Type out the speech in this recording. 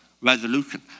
resolution